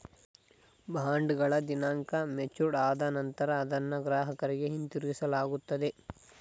ಬಾಂಡ್ಗಳ ದಿನಾಂಕ ಮೆಚೂರ್ಡ್ ಆದ ನಂತರ ಅದನ್ನ ಗ್ರಾಹಕರಿಗೆ ಹಿಂತಿರುಗಿಸಲಾಗುತ್ತದೆ